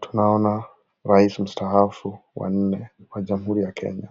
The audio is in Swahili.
Tunaona raisi mstaafu wa nne wa jamhuri ya Kenya